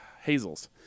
Hazels